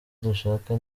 dushaka